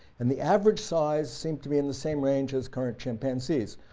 and the average size seemed to be in the same range as current chimpanzees,